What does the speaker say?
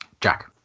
Jack